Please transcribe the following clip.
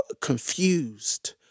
confused